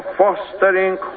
fostering